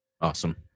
Awesome